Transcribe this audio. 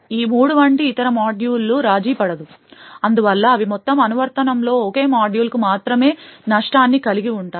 ఈ మూడు వంటి ఇతర మాడ్యూల్ రాజీపడదు అందువల్ల అవి మొత్తం అనువర్తనంలో ఒకే మాడ్యూల్కు మాత్రమే జరిగే నష్టాన్ని కలిగి ఉంటాయి